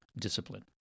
discipline